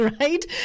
right